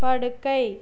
படுக்கை